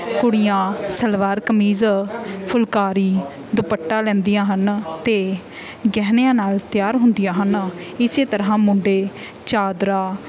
ਕੁੜੀਆਂ ਸਲਵਾਰ ਕਮੀਜ਼ ਫੁਲਕਾਰੀ ਦੁਪੱਟਾ ਲੈਂਦੀਆਂ ਹਨ ਅਤੇ ਗਹਿਣਿਆਂ ਨਾਲ ਤਿਆਰ ਹੁੰਦੀਆਂ ਹਨ ਇਸ ਤਰ੍ਹਾਂ ਮੁੰਡੇ ਚਾਦਰਾ